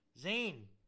Zane